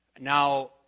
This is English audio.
Now